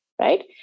right